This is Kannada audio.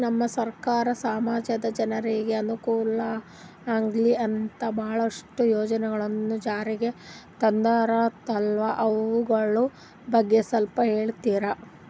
ನಮ್ಮ ಸರ್ಕಾರ ಸಮಾಜದ ಜನರಿಗೆ ಅನುಕೂಲ ಆಗ್ಲಿ ಅಂತ ಬಹಳಷ್ಟು ಯೋಜನೆಗಳನ್ನು ಜಾರಿಗೆ ತಂದರಂತಲ್ಲ ಅವುಗಳ ಬಗ್ಗೆ ಸ್ವಲ್ಪ ಹೇಳಿತೀರಾ?